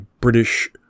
British